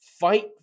fight